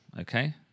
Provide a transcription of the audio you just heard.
okay